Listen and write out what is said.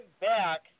back